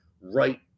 right